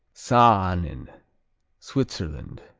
saanen switzerland